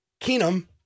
Keenum